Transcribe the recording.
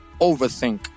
overthink